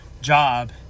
job